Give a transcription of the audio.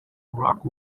rock